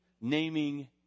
naming